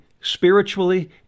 spiritually